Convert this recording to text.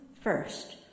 first